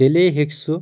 تیٚلے ہٮ۪کہِ سُہ